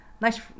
Nice